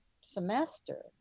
semester